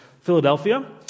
Philadelphia